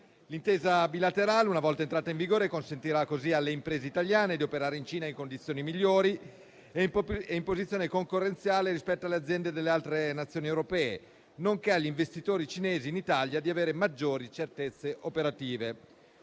L'intesa bilaterale, una volta entrata in vigore, consentirà così alle imprese italiane di operare in Cina in condizioni migliori e in posizione concorrenziale rispetto alle aziende delle altre Nazioni europee, nonché agli investitori cinesi in Italia di avere maggiori certezze operative.